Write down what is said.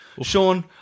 Sean